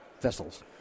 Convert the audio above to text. vessels